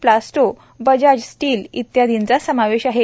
plaster Bajaj steel इत्यादींचा समावेश आहे